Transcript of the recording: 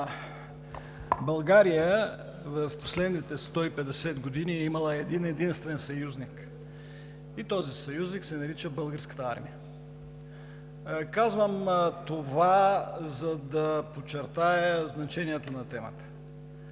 България в последните 150 години е имала един-единствен съюзник и този съюзник се нарича Българската армия. Казвам това, за да подчертая значението на темата.